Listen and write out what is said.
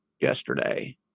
yesterday